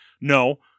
no